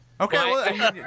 Okay